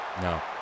No